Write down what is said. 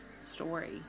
story